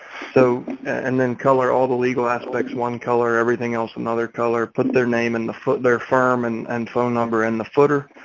so and then color all the legal aspects, one color, everything else another color, put their name in the foot, their firm and and phone number in the footer.